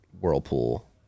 whirlpool